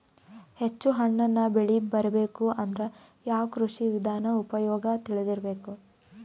ಹೆಚ್ಚು ಹಣ್ಣನ್ನ ಬೆಳಿ ಬರಬೇಕು ಅಂದ್ರ ಯಾವ ಕೃಷಿ ವಿಧಾನ ಉಪಯೋಗ ತಿಳಿದಿರಬೇಕು?